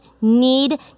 need